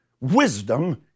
Wisdom